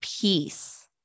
peace